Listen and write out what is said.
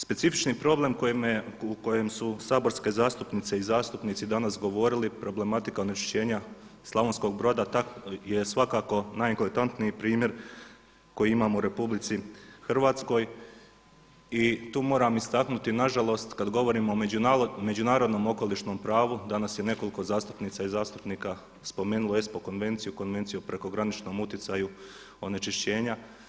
Specifični problem koji me, u kojem su saborske zastupnice i zastupnici danas govorili problematika onečišćenja Slavonskog Broda je svakako najeklatantniji primjer koji imamo u Republici Hrvatskoj i tu moram istaknuti nažalost kad govorimo o međunarodnom okolišnom pravu, danas je nekoliko zastupnica i zastupnika spomenulo ESPO konvenciju, Konvenciju o prekograničnom utjecaju onečišćenja.